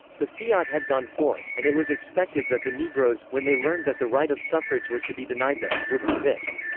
the fiat had gone forth and it was expected that the negroes, when they learned that the right of suffrage was to be denied them, would resist.